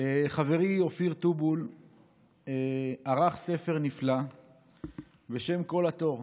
חברי אופיר טובול ערך ספר נפלא בשם "קול התור",